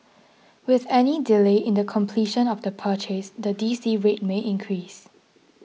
with any delay in the completion of the purchase the D C rate may increase